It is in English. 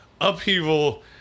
upheaval